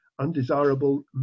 undesirable